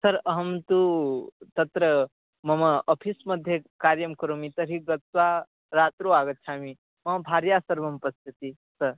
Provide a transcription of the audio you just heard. sir अहं तु तत्र मम अफ़िस् मध्ये कार्यं करोमि तर्हि गत्वा रात्रौ आगच्छामि मम भार्या सर्वं पश्यति सर्